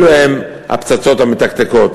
אלו הן הפצצות המתקתקות.